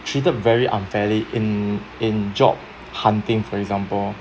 treated very unfairly in in job hunting for example